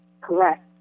Correct